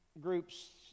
groups